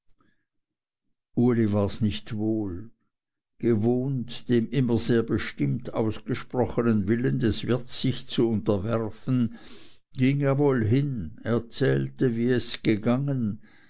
uli wars nicht wohl gewohnt dem immer sehr bestimmt ausgesprochenen willen des wirts sich zu unterwerfen ging er wohl hin erzählte wie es gegangen